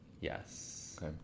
Yes